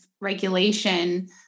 regulation